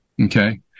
okay